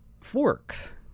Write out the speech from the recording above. forks